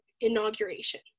inauguration